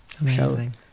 amazing